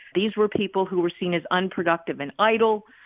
these were people who were seen as unproductive and idle,